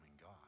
God